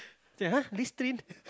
say !huh! Listerine